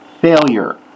failure